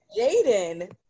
Jaden